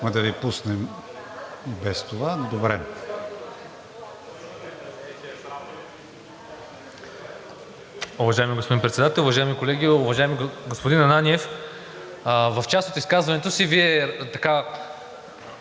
в част от изказването си